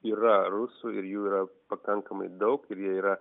yra rusų ir jų yra pakankamai daug ir jie yra